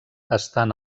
estan